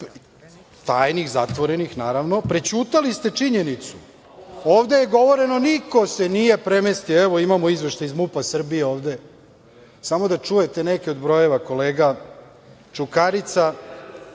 tajnih, zatvorenih, naravno. Prećutali ste činjenicu, ovde je govoreno niko se nije premestio. Evo, imamo izveštaj iz MUP Srbije ovde, samo da čujete neke od brojeva, kolega, Čukarica,